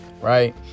right